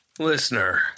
Listener